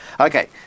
Okay